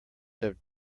have